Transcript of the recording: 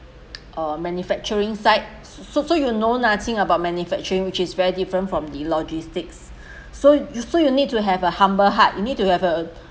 uh manufacturing site s~ so so you know nothing about manufacturing which is very different from the logistics so you so you need to have a humble heart you need to have a